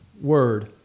Word